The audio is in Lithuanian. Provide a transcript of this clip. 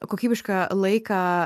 kokybišką laiką